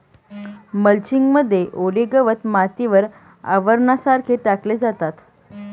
mulching मध्ये ओले गवत मातीवर आवरणासारखे टाकले जाते